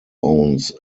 owns